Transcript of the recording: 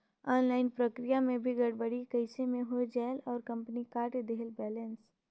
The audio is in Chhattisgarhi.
ऑनलाइन प्रक्रिया मे भी गड़बड़ी कइसे मे हो जायेल और कंपनी काट देहेल बैलेंस?